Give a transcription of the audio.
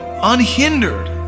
unhindered